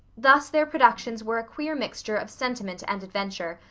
thus their productions were a queer mixture of sentiment and adventure,